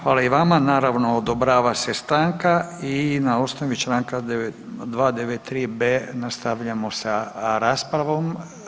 Hvala i vama, naravno odobrava se stanka i na osnovi Članka 293b. nastavljamo sa raspravom.